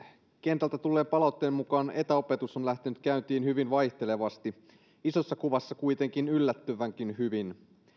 kentältä tulleen palautteen mukaan etäopetus on lähtenyt käyntiin hyvin vaihtelevasti isossa kuvassa kuitenkin yllättävänkin hyvin